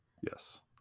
Yes